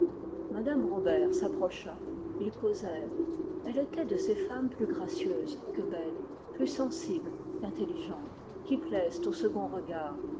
mme robert s'approcha ils causèrent elle était de ces femmes plus gracieuses que belles plus sensibles qu'intelligentes qui plaisent au second regard